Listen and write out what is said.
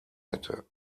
hätte